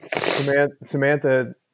Samantha